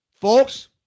folks